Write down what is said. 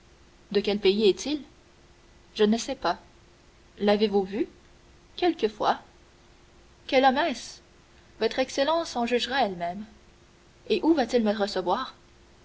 de quel pays est-il je ne sais pas l'avez-vous vu quelquefois quel homme est-ce votre excellence en jugera elle-même et où va-t-il me recevoir